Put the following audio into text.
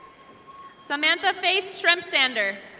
samantha fade stripesander.